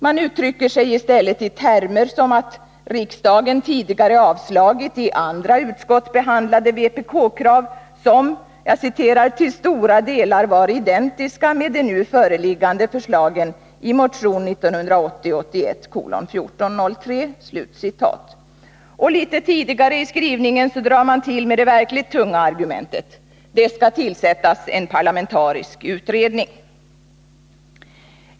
Man uttrycker sig i stället i termer som att riksdagen tidigare avslagit i andra utskott behandlade vpk-krav, som ”till stora delar var identiska med de nu föreliggande förslagen i motion 1980/81:1403”. Och litet tidigare i skrivningen drar man till med det verkligt tunga argumentet: det skall tillsättas en parlamentarisk utredning.